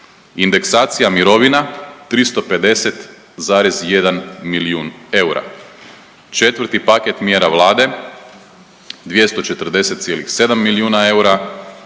indeksacija mirovina 350,1 milijun eura, 4. paket mjera Vlade 240,7 milijuna eura,